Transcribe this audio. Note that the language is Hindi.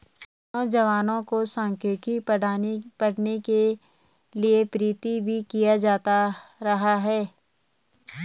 नौजवानों को सांख्यिकी पढ़ने के लिये प्रेरित भी किया जाता रहा है